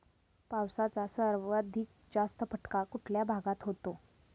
पावसाचा सर्वाधिक जास्त फटका कुठल्या भागात होतो?